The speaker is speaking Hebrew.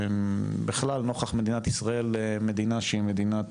בכלל נוכח מדינת ישראל מדינה שהיא מדינה